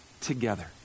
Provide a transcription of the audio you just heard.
together